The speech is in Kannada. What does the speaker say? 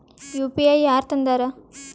ಯು.ಪಿ.ಐ ಯಾರ್ ತಂದಾರ?